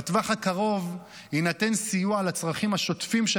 בטווח הקרוב יינתן סיוע לצרכים השוטפים של